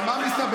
אבל מה מסתבר?